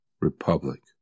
republic